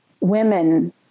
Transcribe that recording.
women